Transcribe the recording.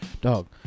Dog